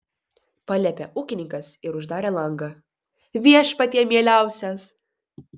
paliepė ūkininkas ir uždarė langą viešpatie mieliausias